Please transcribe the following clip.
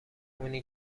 اونی